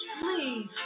please